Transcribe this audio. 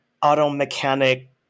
auto-mechanic